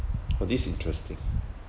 oh this interesting